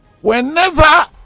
whenever